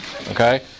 okay